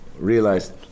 Realized